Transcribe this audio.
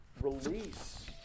release